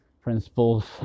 principles